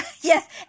Yes